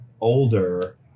older